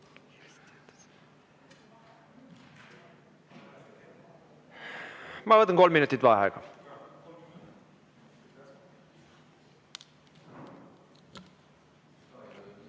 Ma võtan kolm minutit vaheaega.